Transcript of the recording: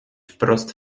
wprost